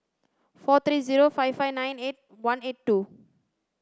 four three zero five five nine eight one eight two